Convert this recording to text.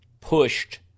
pushed